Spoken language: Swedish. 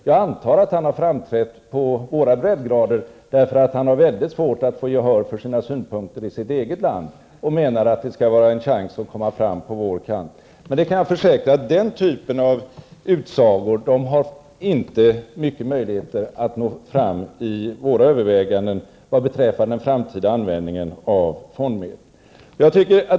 Jag antar att han har framträtt på våra breddgrader därför att han har väldigt svårt att få gehör för sina synpunkter i sitt eget land och av det skälet hoppas att han skall ha en chans att komma fram på vår kant. Jag kan försäkra att den typen av utsagor inte har stora möjligheter att nå framgång i våra överväganden vad beträffar den framtida användningen av fondmedlen.